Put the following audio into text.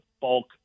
bulk